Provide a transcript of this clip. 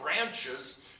branches